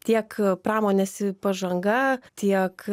tiek pramonės pažanga tiek